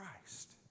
Christ